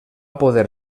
poder